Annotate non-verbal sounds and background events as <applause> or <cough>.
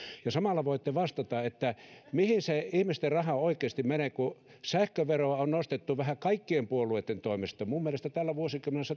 samalla voitte vastata mihin se ihmisten raha oikeasti menee kun sähköveroa on nostettu vähän kaikkien puolueitten toimesta minun mielestäni tällä vuosikymmenellä <unintelligible>